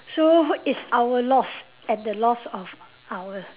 so it's our loss and the loss of our